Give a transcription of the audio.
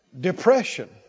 depression